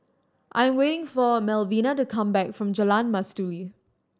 I am waiting for Melvina to come back from Jalan Mastuli